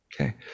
Okay